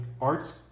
arts